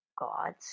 gods